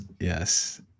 yes